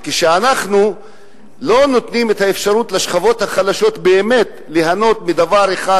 וכשאנחנו לא נותנים את האפשרות לשכבות החלשות באמת ליהנות מדבר אחד,